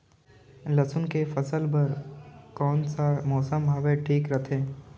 लसुन के फसल बार कोन सा मौसम हवे ठीक रथे?